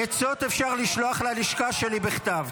--- עצות אפשר לשלוח ללשכה שלי בכתב.